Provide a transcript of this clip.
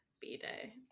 b-day